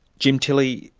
jim tilley,